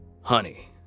Honey